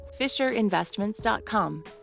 Fisherinvestments.com